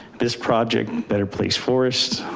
this project better place forests.